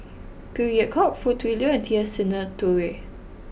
Phey Yew Kok Foo Tui Liew and T S Sinnathuray